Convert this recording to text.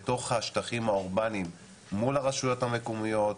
בתוך השטחים האורבניים מול הרשויות המקומיות,